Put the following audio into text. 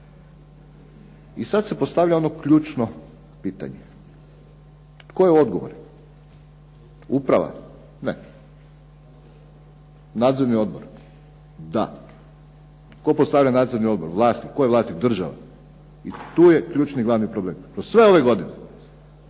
I sada se postavlja ono ključno pitanje. Tko je odgovoran? Uprava? Ne. Nadzorni odbor? Da. Tko predstavlja nadzorni odbor? Vlasnik. Tko je vlasnik? Država. I tu je ključni glavni problem, kroz sve ove godine.